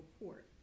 report